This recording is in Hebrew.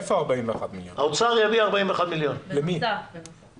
האוצר יביא 41 מיליון למהלך הזה.